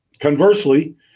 Conversely